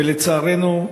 ולצערנו,